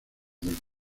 del